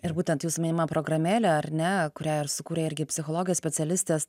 ir būtent jūsų minima programėlė ar ne kurią ir sukūrė irgi psichologijos specialistės